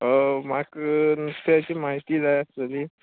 म्हाका नुस्त्याची म्हायती जाय आसलेली